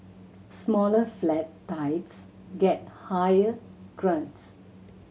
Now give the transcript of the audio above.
smaller flat types get higher grants